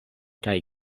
kaj